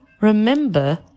remember